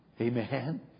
Amen